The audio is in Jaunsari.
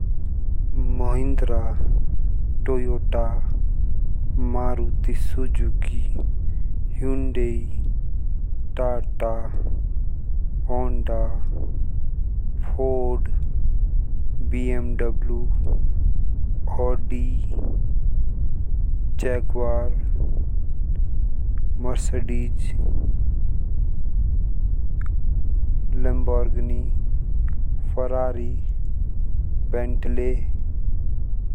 Mahindra. Toyota. Maruti Suzuki. Hyundai. Tata. Honda. Ford. BMW. Audi. Jaguar. Mercedes. Ferrari. Bentley.